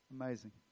amazing